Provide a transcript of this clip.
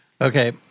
Okay